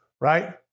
right